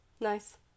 Nice